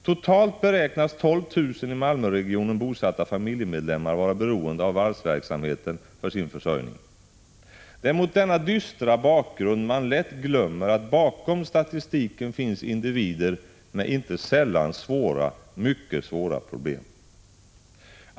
Totalt beräknas 12 000 i Malmöregionen bosatta familjemedlemmar vara beroende av varvsverksamheten för sin försörjning. Det är mot denna dystra bakgrund man lätt glömmer att bakom statistiken finns individer med inte sällan svåra, ja mycket svåra problem.